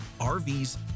RVs